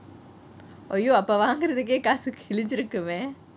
!aiyo! அப்ப வாங்குறேத்துக்கே காசு கிலிஜூருக்குமே:appe vaangurethukeh kaasu kilinjurukumeh